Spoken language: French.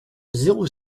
zéro